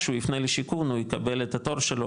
כשהוא יפנה לשיכון הוא יקבל את התור שלו,